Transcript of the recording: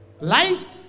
Life